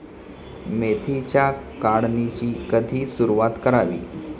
मेथीच्या काढणीची कधी सुरूवात करावी?